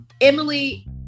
Emily